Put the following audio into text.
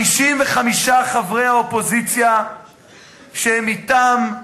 55 חברי האופוזיציה שהם אתם,